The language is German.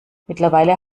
mittlerweile